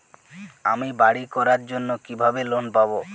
আমি বাড়ি করার জন্য কিভাবে লোন পাব?